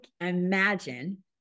imagine